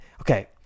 Okay